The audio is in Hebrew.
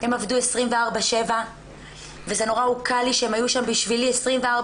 הם עבדו 24/7. וזה נורא הוקל לי שהם היו שם בשבילי 24/7